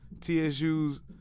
TSU's